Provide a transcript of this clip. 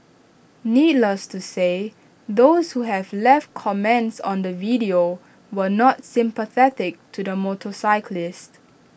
needless to say those who have left comments on the video were not sympathetic to the motorcyclist